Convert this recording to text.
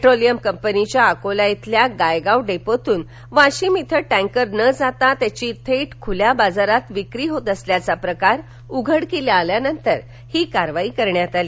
petroleum कंपनीच्या अकोला इथल्या गायगाव डेपोतून वाशीम इथं टँकरन जाता त्याची थेट खुल्या बाजारात त्याची विक्री होत असल्याचा प्रकार उघडकीस आल्यानं ही कारवाई करण्यात आली